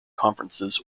conferences